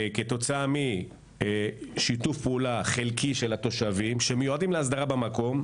כתוצאה משיתוף פעולה חלקי של התושבים שמיועדים להסדרה במקום.